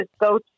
go